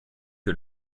que